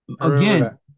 again